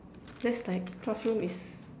that's like classroom is